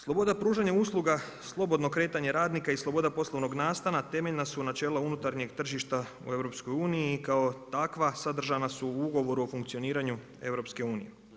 Sloboda pružanja usluga slobodno kretanje radnika i sloboda poslovnog nastana temeljna su načela unutarnjeg tržišta o EU kao takva sadržana su u ugovoru o funkcioniranju EU.